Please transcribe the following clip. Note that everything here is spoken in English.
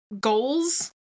goals